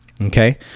okay